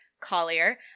Collier